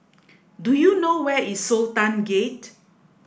do you know where is Sultan Gate